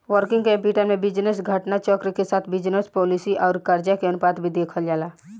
working capital में business घटना चक्र के साथ बिजनस पॉलिसी आउर करजा के अनुपात भी देखल जाला